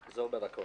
זה לא גורע